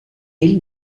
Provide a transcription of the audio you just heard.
ell